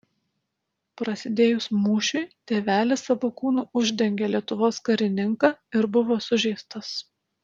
prasidėjus mūšiui tėvelis savo kūnu uždengė lietuvos karininką ir buvo sužeistas